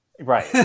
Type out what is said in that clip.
Right